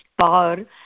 power